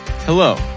Hello